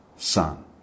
Son